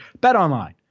BetOnline